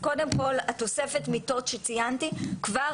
אז קודם כל תוספת המיטות שציינתי כבר